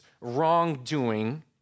wrongdoing